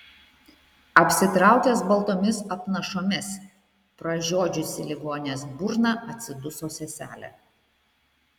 apsitraukęs baltomis apnašomis pražiodžiusi ligonės burną atsiduso seselė